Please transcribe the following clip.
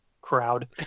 crowd